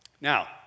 Now